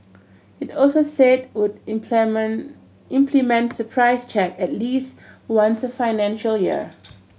it also said would implement surprise check at least once a financial year